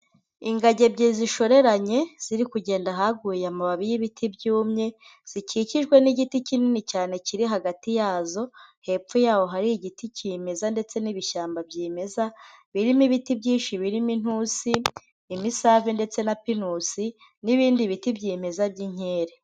Ingagi ebyiri zishoreranye, ziri kugenda ahaguye amababi y'ibiti byumye. Zikikijwe n'igiti kinini cyane kiri hagati yazo, hepfo yaho hari igiti kimeza ndetse n'ibishyamba byimeza, birimo ibiti byinshi birimo intusi, imisave, ndetse na pinusi, n'ibindi biti byemeza by'inkeri.